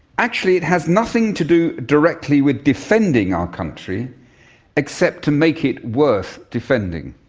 actually it has nothing to do directly with defending our country except to make it worth defending.